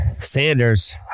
Sanders